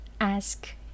ask